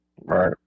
Right